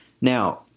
Now